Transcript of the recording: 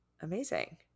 Amazing